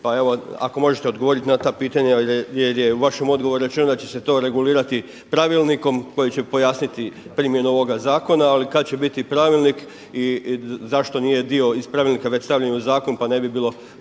Pa evo ako možete odgovoriti na ta pitanja jer je u vašem odgovoru rečeno da će se to regulirati pravilnikom koji će pojasniti primjenu ovoga zakona. Ali kada će biti pravilnik i zašto nije dio iz pravilnika već stavljen u zakon pa ne bi bilo